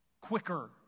quicker